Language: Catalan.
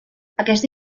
aquesta